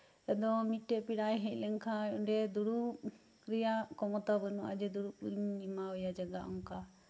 ᱟᱫᱚ ᱢᱤᱫᱴᱮᱡ ᱯᱮᱲᱟᱭ ᱦᱮᱡ ᱞᱮᱱ ᱠᱷᱟᱡ ᱚᱸᱰᱮ ᱫᱩᱲᱩᱵ ᱨᱮᱭᱟᱜ ᱠᱷᱚᱢᱚᱛᱟ ᱵᱟᱹᱱᱩᱜᱼᱟ ᱡᱮ ᱫᱩᱲᱩᱵ ᱤᱧ ᱮᱢᱟᱣᱟᱭᱟ ᱡᱟᱭᱜᱟ ᱮᱢᱟᱣᱟᱭᱟ ᱚᱱᱠᱟ